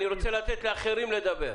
אני רוצה לתת לאחרים לדבר.